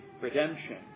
redemption